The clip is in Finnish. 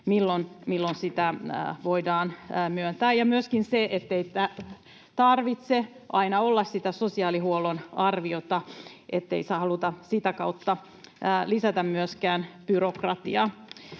milloin sitä voidaan myöntää, ja myöskin sitä, ettei tarvitse aina olla sitä sosiaalihuollon arviota, eli ei haluta sitä kautta lisätä myöskään byrokratiaa.